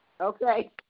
Okay